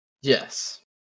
Yes